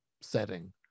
setting